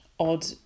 odd